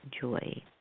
joy